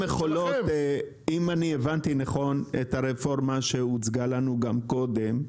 אם הבנתי נכון את הרפורמה שהוצגה לנו גם קודם,